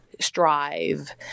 strive